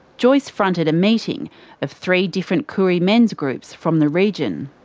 joyce fronted a meeting of three different koori men's groups from the region.